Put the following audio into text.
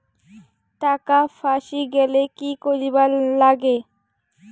টাকা ফাঁসি গেলে কি করিবার লাগে?